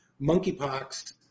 monkeypox